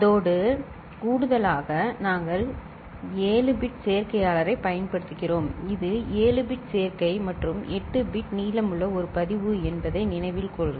அதோடு கூடுதலாக நாங்கள் 7 பிட் சேர்க்கையாளரைப் பயன்படுத்துகிறோம் இது 7 பிட் சேர்க்கை மற்றும் 8 பிட் நீளமுள்ள ஒரு பதிவு என்பதை நினைவில் கொள்க